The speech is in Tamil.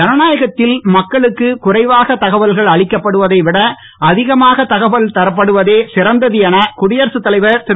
ஜனநாயகத்தில் மக்களுக்கு குறைவாக தகவல்கள் அளிக்கப்படுவதை விட அதிகமாகத் தகவல் தரப்படுவதே சிறந்தது என குடியரசுத் தலைவர் திரு